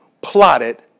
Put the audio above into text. plotted